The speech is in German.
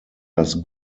das